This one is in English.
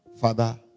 Father